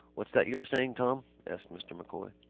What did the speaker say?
what's that you were saying, tom? asked mr. m'coy.